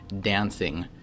dancing